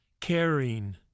caring